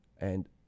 And-